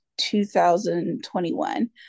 2021